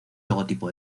logotipo